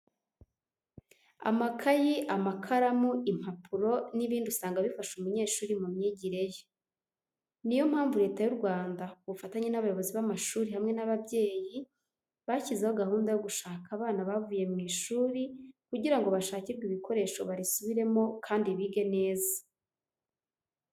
Amakayi, amakaramu, impapuro n'ibindi usanga bifasha umunyeshuri mu myigire ye. Niyo mpamvu Leta y'u Rwanda ku bufatanye n'abayobozi b'amashuri hamwe n'ababyeyi, bashyizeho gahunda yo gushaka abana bavuye mu ishuri kugira ngo bashakirwe ibikoresho barisubiremo kandi bige neza.